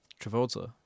Travolta